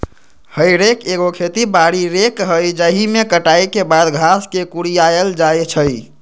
हे रेक एगो खेती बारी रेक हइ जाहिमे कटाई के बाद घास के कुरियायल जाइ छइ